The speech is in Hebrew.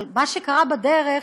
אבל מה שקרה בדרך,